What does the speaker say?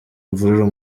imvururu